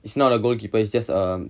it's not a goalkeeper is just err